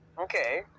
Okay